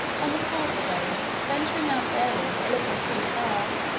on the fourth day, venturing out early a little too far,